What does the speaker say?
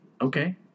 Okay